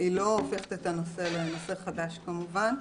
לא הופכת את הנושא לנושא חדש כמובן.